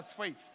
faith